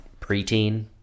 preteen